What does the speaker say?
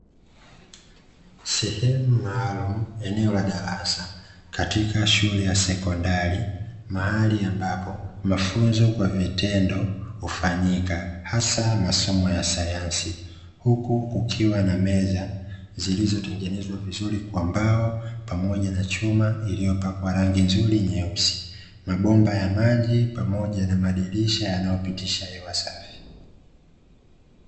Sehemu maalumu, eneo la darasa katika shule ya sekondari. Mahali ambapo mafunzo kwa vitendo hufanyika hasa masomo ya sayansi, huku kukiwa na meza zilizotengenezwa vizuri kwa mbao pamoja na chuma iliyopakwa rangi nzuri nyeusi, mabomba ya maji pamoja na madirisha yanayopitisha hewa safi.